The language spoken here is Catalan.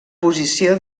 posició